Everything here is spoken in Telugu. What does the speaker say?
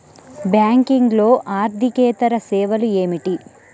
బ్యాంకింగ్లో అర్దికేతర సేవలు ఏమిటీ?